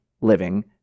living